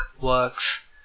works